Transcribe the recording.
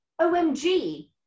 OMG